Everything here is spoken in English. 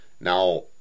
now